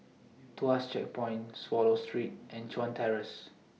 Tuas Checkpoint Swallow Street and Chuan Terrace